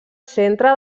centre